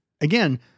Again